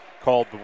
called